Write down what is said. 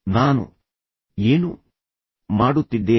ನಾನು ಏನು ಮಾಡುತ್ತಿದ್ದೇನೆ